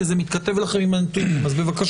כי זה מתכתב לכם עם הנתונים בבקשה.